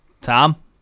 Tom